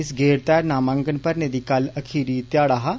इस गेड तैहत नामांकन भरने दी कल अखीरी ध्याडा हा